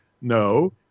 No